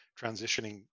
transitioning